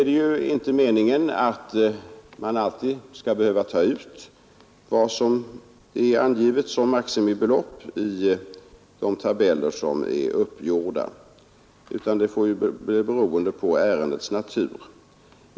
Det är inte meningen att man alltid skall behöva ta ut vad som är angivet som maximibelopp i de tabeller som är uppgjorda, utan det får bli beroende av ärendets natur.